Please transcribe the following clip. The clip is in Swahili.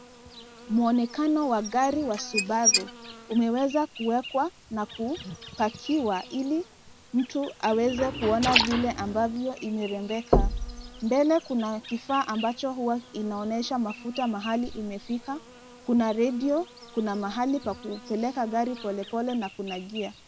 Muonekano wa gari wa Subaru umeweza kuwekwa na kupakiwa ili mtu aweze kuona vile ambavyo imerembeka, mbele kuna kifaa ambacho huwa inaonesha mafuta mahali imefika ,kuna redio ,kuna mahali pa kuupeleka gari polepole na kuna gia.